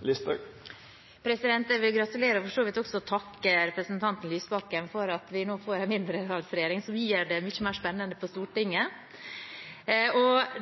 Jeg vil gratulere og for så vidt også takke representanten Lysbakken for at vi nå får en mindretallsregjering, som gjør det mye mer spennende på Stortinget.